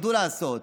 ידעו לעשות.